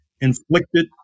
inflicted